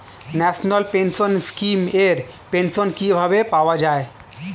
National pension scheme এর pension কিভাবে পাওয়া যায়?